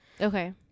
Okay